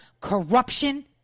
corruption